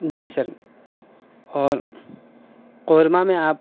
جی sir اور قورمہ میں آپ